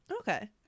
okay